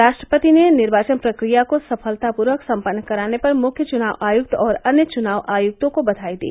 राष्ट्रपति ने निर्वाचन प्रक्रिया को सफलतापूर्वक सम्पन्न कराने पर मुख्य चुनाव आयुक्त और अन्य चुनाव आयुक्तों को बधाई दी